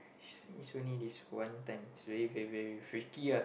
is only this one time is very very very freaky ah